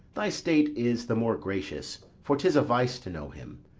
thy state is the more gracious for tis a vice to know him.